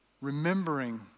remembering